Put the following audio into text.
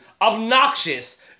obnoxious